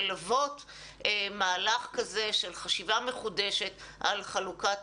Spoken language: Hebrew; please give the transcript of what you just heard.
ללוות מהלך כזה של חשיבה מחודשת על חלוקת